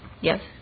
Yes